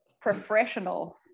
professional